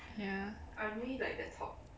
ya